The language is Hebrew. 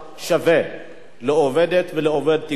לעובדת ולעובד (תיקון מס' 2)